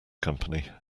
company